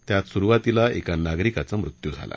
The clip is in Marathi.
त्यात सुरुवातीला एका नागरिकाचा मृत्यू झाला